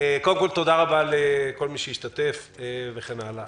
קודם כל, תודה רבה לכל מי שהשתתף וכן הלאה.